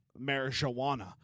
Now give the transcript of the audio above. marijuana